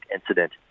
incident